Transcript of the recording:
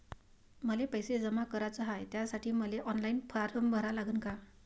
मले पैसे जमा कराच हाय, त्यासाठी मले ऑनलाईन फारम भरा लागन का?